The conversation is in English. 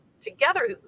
together